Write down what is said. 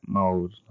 mode